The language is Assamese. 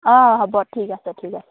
অঁ অঁ হ'ব ঠিক আছে ঠিক আছে